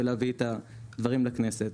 ולהביא את הדברים לכנסת.